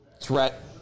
threat